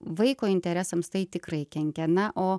vaiko interesams tai tikrai kenkia na o